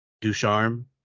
ducharme